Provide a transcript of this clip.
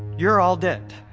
you're all dead.